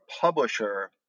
publisher